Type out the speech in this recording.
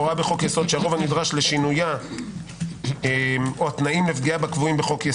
הוראה בחוק יסוד שהרוב הנדרש או התנאים לשינויה או